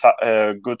good